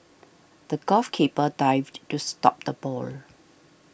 the golf keeper dived to stop the ball